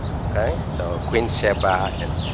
okay? so queen sheba and.